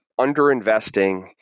underinvesting